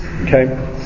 okay